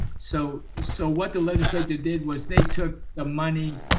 so so what the legislature did was they took the money,